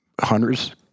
hunters